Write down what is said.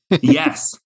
yes